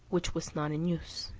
which was not in use.